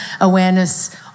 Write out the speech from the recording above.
awareness